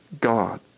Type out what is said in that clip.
God